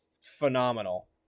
phenomenal